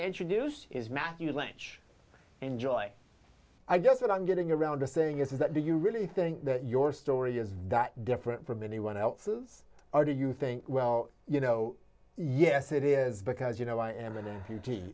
to introduce is matthew ledge enjoy i guess what i'm getting around to saying is that do you really think that your story is that different from anyone else's are do you think well you know yes it is because you know i am in a